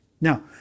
Now